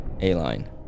a-line